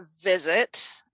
visit